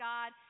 God